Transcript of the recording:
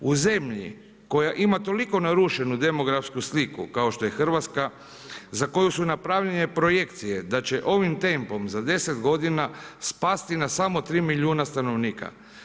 U zemlji koja ima toliko narušenu demografsku sliku kao što je Hrvatska, za koju su napravljene projekcije da će ovim tempom za 10 godina, spasti na samo 3 milijuna stanovnika.